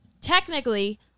Technically